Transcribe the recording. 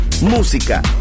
música